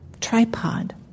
tripod